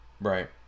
Right